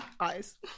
eyes